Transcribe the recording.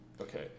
Okay